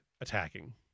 attacking